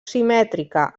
simètrica